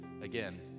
Again